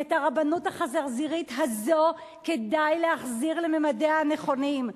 ואת הרבנות החזרזירית הזאת כדאי להחזיר לממדיה הנכונים.